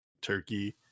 turkey